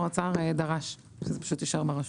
הוא דרש שיישאר ברשות.